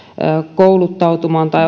kouluttautumaan tai